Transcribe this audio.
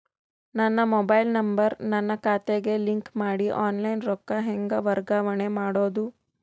ನನ್ನ mobile number ನನ್ನ ಖಾತೆಗೆ ಲಿಂಕ್ ಮಾಡಿ ಆನ್ಲೈನ್ ರೊಕ್ಕ ಹೆಂಗ ವರ್ಗಾವಣೆ ಮಾಡೋದು?